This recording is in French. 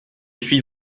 suis